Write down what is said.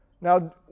Now